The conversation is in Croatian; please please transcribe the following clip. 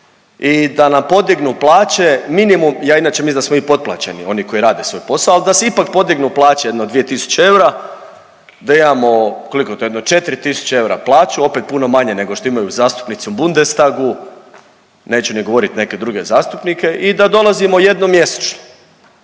i da nam podignu plaće minimum, ja inače mislim da smo mi potplaćeni, oni koji rade svoj posao ali da se ipak podignu plaće jedno 2 tisuće eura da imamo, koliko je to jedno 4 tisuće eura plaću, opet puno manje nego što imaju zastupnici u Bundestagu, neću ni govorit neke druge zastupnike i da dolazimo jednom mjesečno